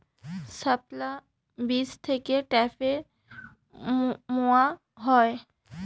শাপলার বীজ থেকে ঢ্যাপের মোয়া হয়?